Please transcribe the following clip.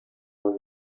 was